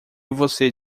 você